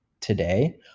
Today